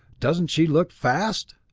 doesn't she look fast?